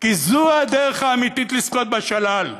כי זו הדרך האמיתית לזכות בשלל,